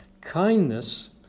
Kindness